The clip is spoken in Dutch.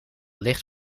licht